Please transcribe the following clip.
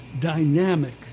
dynamic